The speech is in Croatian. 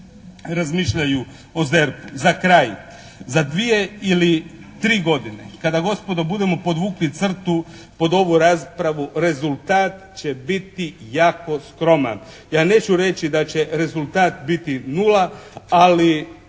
razmišljaju o ZERP-u. Za kraj, za dvije ili tri godine kada gospodo budemo podvukli crtu pod ovu raspravu rezultat će biti jako skroman. Ja neću reći da će rezultat biti nula ali